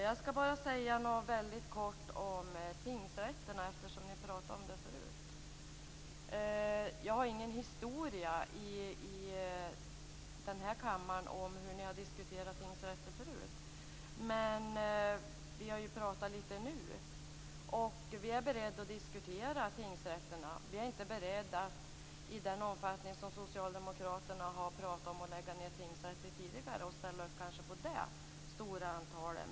Jag skall bara säga något mycket kort om tingsrätterna, eftersom ni pratade om dem förut. Jag har ingen historia i den här kammaren och vet inte hur ni har diskuterat tingsrätter förut. Men vi har pratat lite nu. Vi är beredda att diskutera tingsrätterna. Vi är inte beredda att lägga ned tingsrätter i den stora omfattning som socialdemokraterna har pratat om tidigare.